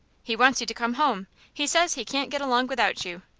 he wants you to come home. he says he can't get along without you.